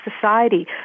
society